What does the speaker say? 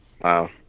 wow